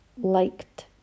liked